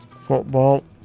football